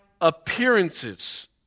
appearances